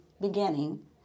beginning